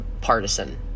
Partisan